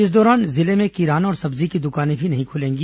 इस दौरान जिले में किराना और सब्जी की दुकानें नहीं खुलेंगी